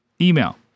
Email